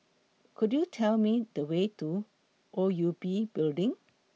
Could YOU Tell Me The Way to O U B Building